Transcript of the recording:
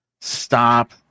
Stop